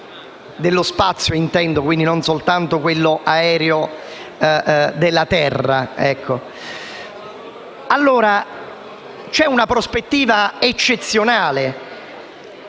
una prospettiva eccezionale